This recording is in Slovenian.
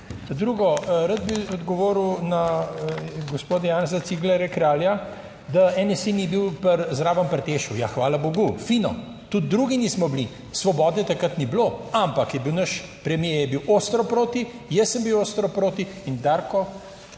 Drugo, rad bi odgovoril na gospoda Janeza Ciglerja Kralja, da NSi ni bil zraven pri Tešu. Ja, hvala bogu, fino, tudi drugi nismo bili, Svobode takrat ni bilo, ampak je bil, naš premier je bil ostro proti, jaz sem bil ostro proti in Darko